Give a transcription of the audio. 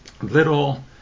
little